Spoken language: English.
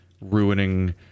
ruining